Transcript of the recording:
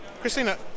Christina